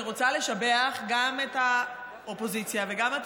אני רוצה לשבח גם את האופוזיציה וגם את